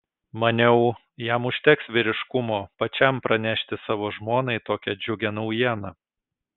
maniau jam užteks vyriškumo pačiam pranešti savo žmonai tokią džiugią naujieną